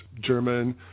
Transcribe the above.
German